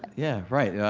yeah, right. yeah